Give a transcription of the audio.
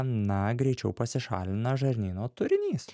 na greičiau pasišalina žarnyno turinys